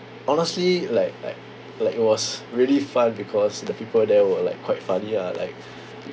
honestly like like like it was really fun because the people there were like quite funny ah like